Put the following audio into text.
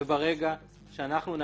אנחנו לא